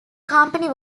company